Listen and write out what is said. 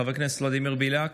חבר הכנסת ולדימיר בליאק,